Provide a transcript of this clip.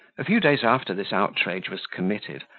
a few days after this outrage was committed,